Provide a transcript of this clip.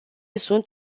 sunt